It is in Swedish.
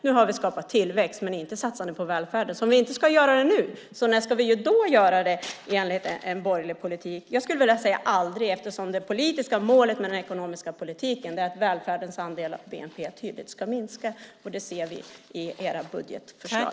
Nu har vi skapat tillväxt, men inte satsar ni på välfärden. Om vi inte ska göra det nu, när ska vi då göra det enligt en borgerlig politik? Jag skulle vilja säga aldrig, eftersom det politiska målet med den här ekonomiska politiken är att välfärdens andel av bnp tydligt ska minska. Det ser vi i era budgetförslag.